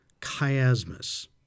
chiasmus